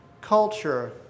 culture